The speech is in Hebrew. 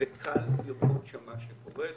וקל לראות שם מה שקורה.